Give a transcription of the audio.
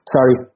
Sorry